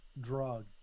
drug